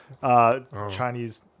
Chinese